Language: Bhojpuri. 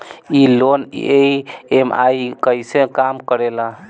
ई लोन ई.एम.आई कईसे काम करेला?